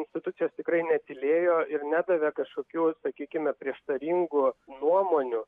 institucijos tikrai netylėjo ir nedavė kažkokių sakykime prieštaringų nuomonių